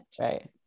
Right